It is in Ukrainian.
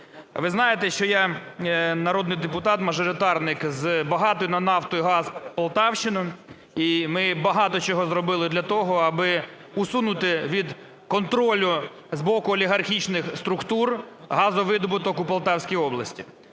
Ви знаєте, що я народнийдепутат-мажоритарник з багатої на нафту і газ Полтавщини, і ми багато чого зробили для того, аби усунути від контролю з боку олігархічних структур газовидобуток у Полтавській області,